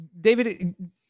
David